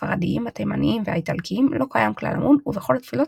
ומקום בו פסקו הרבנים פסיקות הלכה ודנו בנושאים שבין אדם